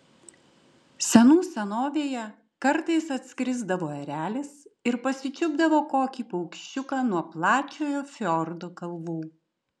senų senovėje kartais atskrisdavo erelis ir pasičiupdavo kokį paukščiuką nuo plačiojo fjordo kalvų